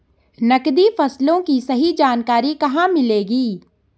नकदी फसलों की सही जानकारी कहाँ मिलेगी?